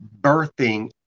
birthing